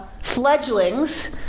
fledglings